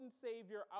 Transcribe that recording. Savior